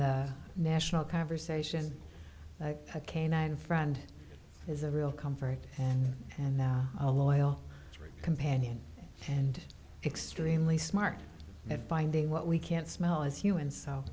the national conversation like a canine friend is a real comfort and a loyal companion and extremely smart at finding what we can't smell as you and so